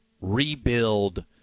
rebuild